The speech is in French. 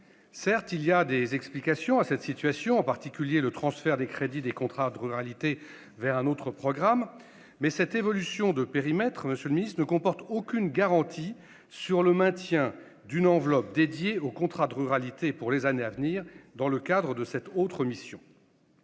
peut trouver des explications à cette situation, en particulier le transfert des crédits des contrats de ruralité vers un autre programme. Toutefois, cette évolution de périmètre ne comporte aucune garantie sur le maintien d'une enveloppe dédiée aux contrats de ruralité pour les années à venir dans le cadre de cette autre mission.